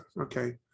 Okay